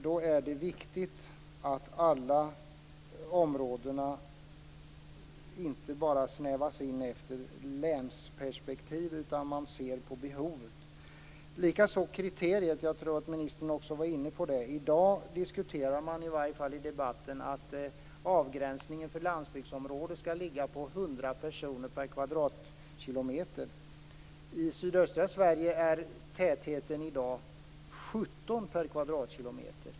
Då är det viktigt att alla områdena inte bara snävas in efter länsperspektiv utan att man ser till behovet. Likaså gäller det kriteriet, som jag tror att ministern också var inne på. I dag diskuterar man att avgränsningen för landsbygdsområde skall ligga på 100 personer per kvadratkilometer. I sydöstra Sverige är tätheten i dag 17 personer per kvadratkilometer.